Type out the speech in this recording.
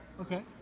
Okay